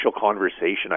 conversation